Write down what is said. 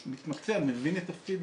מבין את התפקיד,